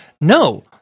No